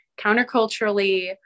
counterculturally